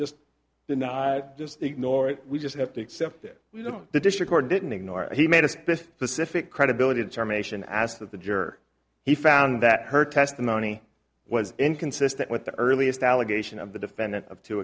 not just ignore it we just have to accept it you know the district or didn't ignore it he made a specific credibility determination as to the juror he found that her testimony was inconsistent with the earliest allegation of the defendant of two